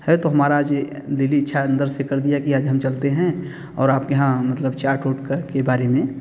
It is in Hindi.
है तो हमारा आज दिली इच्छा अंदर से कर दिया कि आज हम चलते हैं और आप के यहाँ मतलब चाट उट कर के बारे में